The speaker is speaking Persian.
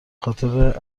خاطر